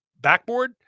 backboard